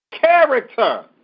Character